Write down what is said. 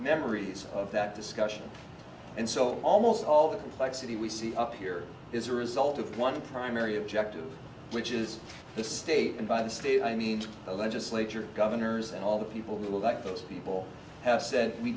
memories of that discussion and so almost all the complexity we see up here is a result of one primary objective which is the state and by the state i mean the legislature governors and all the people like those people have said we